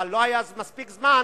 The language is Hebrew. אבל לא היה מספיק זמן